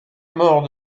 mort